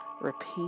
repeat